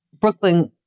Brooklyn